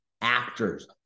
actors